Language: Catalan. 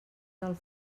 del